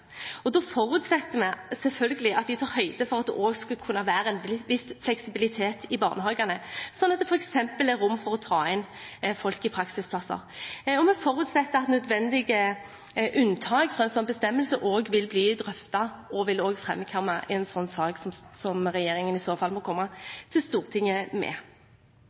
lovendringer. Da forutsetter vi selvfølgelig at man tar høyde for at det skal kunne være en viss fleksibilitet i barnehagene, slik at det f.eks. er rom for å ta inn folk i praksisplasser. Vi forutsetter at nødvendige unntak fra en slik bestemmelse vil bli drøftet og framkomme i en slik sak, som regjeringen i så fall må komme til Stortinget med.